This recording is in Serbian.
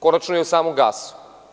Konačno i o samom gasu.